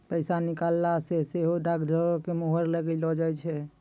पैसा निकालला पे सेहो डाकघरो के मुहर लगैलो जाय छै